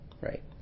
right